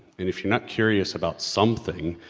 and if you're not curious about something,